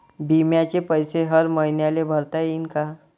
बिम्याचे पैसे हर मईन्याले भरता येते का?